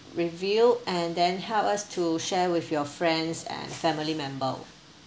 review and then help us to share with your friends and family member